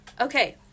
Okay